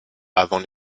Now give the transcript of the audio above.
avant